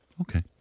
okay